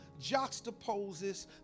juxtaposes